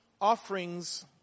offerings